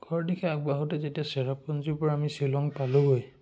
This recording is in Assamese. ঘৰৰ দিশে আগবাঢ়োঁতে যেতিয়া চেৰাপুঞ্জীৰ পৰা আমি শ্বিলং পালোঁগৈ